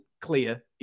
clear